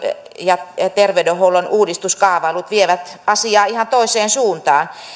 ja terveydenhuollon uudistuskaavailut vievät asiaa ihan toiseen suuntaan